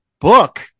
book